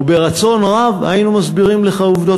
וברצון רב היינו מסבירים לך עובדות